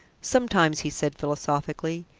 sometimes, he said philosophically,